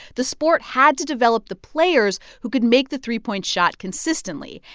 the sport had to develop the players who could make the three point shot consistently.